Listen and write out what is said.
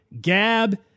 Gab